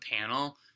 panel